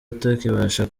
atakibasha